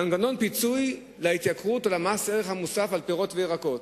מנגנון פיצוי להתייקרות בשל מס ערך מוסף על פירות וירקות,